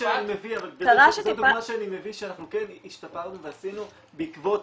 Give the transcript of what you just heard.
שאני מביא שאנחנו כן השתפרנו ועשינו בעקבות